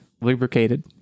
lubricated